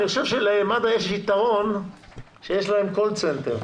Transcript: אני חושב שלמד"א יש יתרון שיש להם call center,